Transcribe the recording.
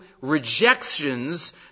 rejections